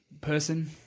person